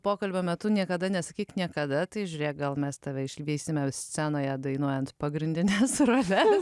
pokalbio metu niekada nesakyk niekada tai žiūrėk gal mes tave išvysime scenoje dainuojant pagrindines ravelis